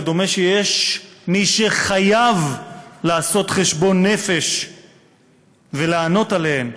ודומה שיש מי שחייב לעשות חשבון נפש ולענות עליהן.